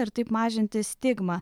ir taip mažinti stigmą